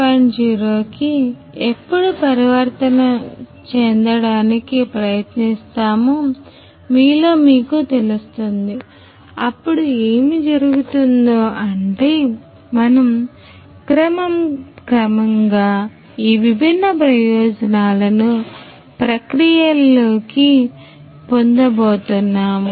0 కి ఎప్పుడు పరివర్తన చెందడానికి ప్రయత్నిస్తామో మీలో మీకు తెలుస్తుంది అప్పుడు ఏమి జరుగుతుందో అంటే మనం క్రమం క్రమంగా ఈ విభిన్న ప్రయోజనాలను ప్రక్రియల్లోకి పొందబోతున్నాం